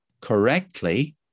correctly